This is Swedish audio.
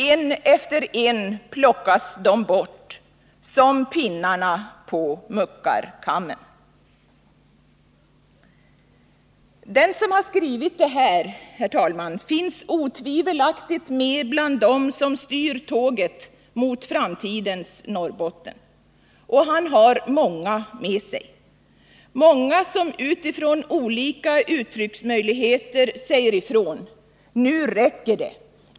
En efter en plockas de bort — Den som skrivit detta, herr talman, finns otvivelaktigt med bland dem som styr tåget mot framtidens Norrbotten. Och han har många med sig, många som utifrån olika uttrycksmöjligheter säger ifrån: Nu räcker det.